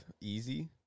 easy